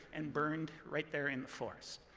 and burned right there in the forest,